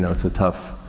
it's a tough,